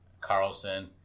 Carlson